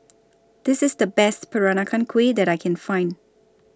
This IS The Best Peranakan Kueh that I Can Find